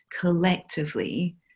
collectively